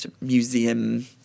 museum